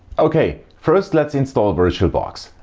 ok, first let's install virtualbox.